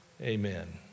Amen